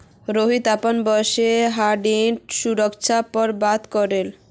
रोहित अपनार बॉस से हाइब्रिड सुरक्षा पर बात करले